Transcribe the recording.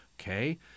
Okay